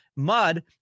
mud